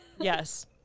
yes